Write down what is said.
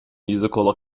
musical